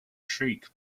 shriek